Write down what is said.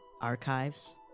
archives